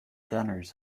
gunners